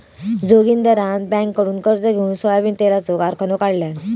जोगिंदरान बँककडुन कर्ज घेउन सोयाबीन तेलाचो कारखानो काढल्यान